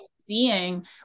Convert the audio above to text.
seeing